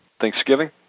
Thanksgiving